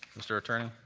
mr. attorney.